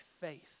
faith